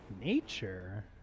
Nature